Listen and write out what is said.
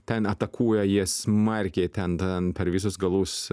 ten atakuoja jie smarkiai ten ten per visus galus